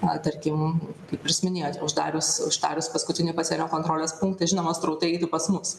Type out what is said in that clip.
na tarkim kaip jūs ir minėjot uždarius uždarius paskutinį pasienio kontrolės punktą žinoma srautai eitų pas mus